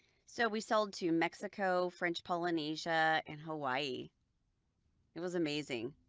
so we sold to mexico french polynesia and hawaii it was amazing,